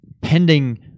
pending